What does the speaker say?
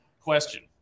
question